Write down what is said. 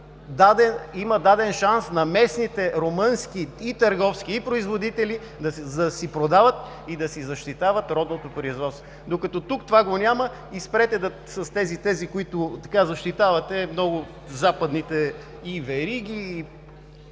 има даден шанс на местните румънски търговци и производители да си продават и да си защитават родното производство. Тук това го няма и спрете с тези, които защитават западните вериги,